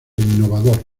innovador